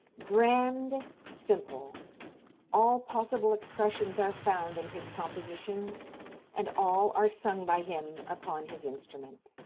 grand, simple all possible expressions are found in his compositions and all are sung by him upon his instrument.